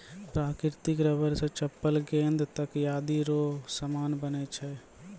प्राकृतिक रबर से चप्पल गेंद तकयादी रो समान बनै छै